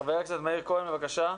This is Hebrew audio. חבר הכנסת מאיר כהן, בבקשה.